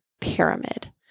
pyramid